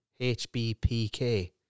HBPK